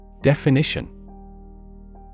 Definition